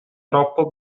troppo